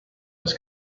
was